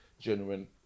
genuine